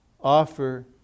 Offer